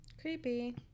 Creepy